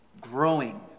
growing